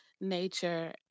nature